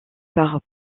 par